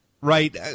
right